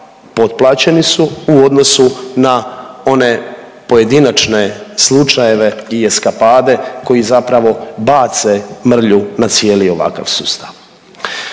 potplaćeni su u odnosu na one pojedinačne slučajeve i eskapade koji zapravo bace mrlju na cijeli ovakav sustav.